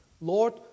Lord